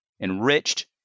Enriched